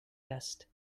vest